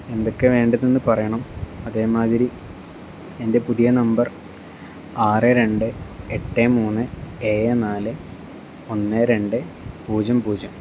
എന്തൊക്കെ വേണ്ടതെന്ന് പറയണം അതേമാതിരി എൻ്റെ പുതിയ നമ്പർ ആറ് രണ്ട് എട്ട് മൂന്ന് ഏഴ് നാല് ഒന്ന് രണ്ട് പൂജ്യം പൂജ്യം